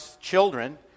children